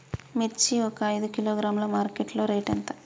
మిర్చి ఒక ఐదు కిలోగ్రాముల మార్కెట్ లో రేటు ఎంత?